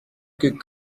que